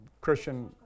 Christian